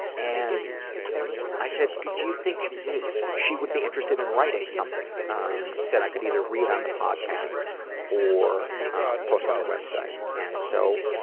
and i said do you think she would be interested in writing something um that i could either read on the podcast or post on the website? and so